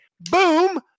boom